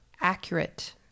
accurate